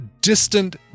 Distant